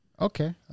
Okay